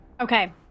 Okay